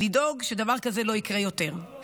לדאוג שדבר כזה זה לא יקרה יותר.